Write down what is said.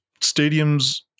stadiums